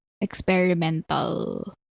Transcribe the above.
experimental